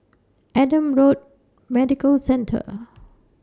Adam Road Medical Centre